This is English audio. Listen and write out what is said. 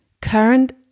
current